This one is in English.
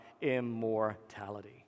immortality